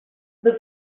the